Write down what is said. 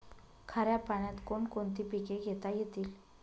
खाऱ्या पाण्यात कोण कोणती पिके घेता येतील?